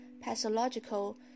pathological